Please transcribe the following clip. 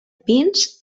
pins